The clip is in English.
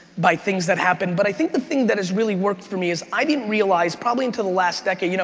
by things that happen, but i think the thing that has really worked for me is i didn't realize probably into the last decade, you know